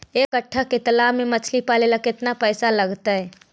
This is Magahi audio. एक कट्ठा के तालाब में मछली पाले ल केतना पैसा लगतै?